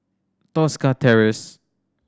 Tosca Terrace